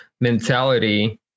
mentality